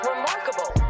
Remarkable